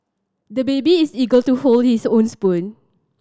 the baby is eager to hold his own spoon